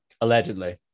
Allegedly